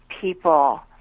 people